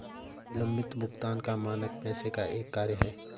विलम्बित भुगतान का मानक पैसे का एक कार्य है